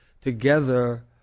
together